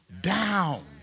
down